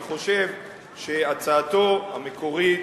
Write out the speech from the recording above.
אני חושב שהצעתו המקורית,